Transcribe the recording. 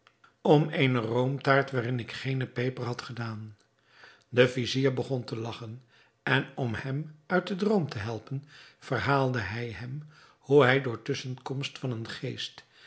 om eene roomtaart waarin ik geene peper had gedaan de vizier begon te lagchen en om hem uit den droom te helpen verhaalde hij hem hoe hij door tusschenkomst van een geest